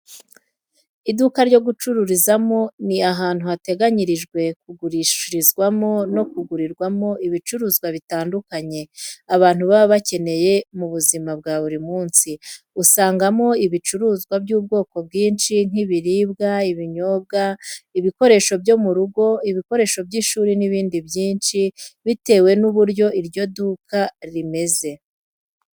Iduka ryo gucururizamo ni ahantu hateganyirijwe kugurishirizwamo no kugurirwamo ibicuruzwa bitandukanye abantu baba bakeneye mu buzima bwa buri munsi. Usangamo ibicuruzwa by'ubwoko bwinshi nk'ibiribwa, ibinyobwa, ibikoresho byo mu rugo, ibikoresho by'ishuri n'ibindi byinshi bitewe n'uburyo iryo duka rimeze.